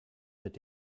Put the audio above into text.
mit